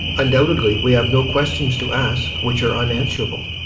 undoubtedly we have no questions to ask which are unanswerable.